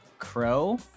Crow